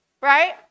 right